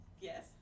Yes